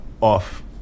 off